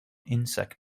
insect